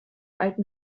alten